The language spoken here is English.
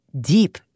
deep